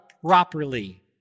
properly